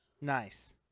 Nice